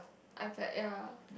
ya